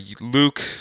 Luke